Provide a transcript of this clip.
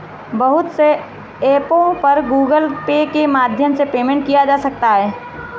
बहुत से ऐपों पर गूगल पे के माध्यम से पेमेंट किया जा सकता है